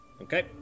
Okay